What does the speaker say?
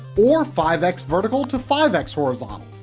or five x vertical to five x horizontal.